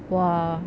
!wah!